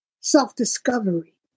self-discovery